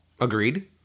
Agreed